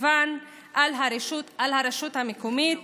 בתקציבן על הרשות המקומית,